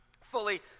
fully